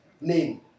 name